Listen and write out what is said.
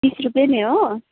बिस रुपियाँ नै हो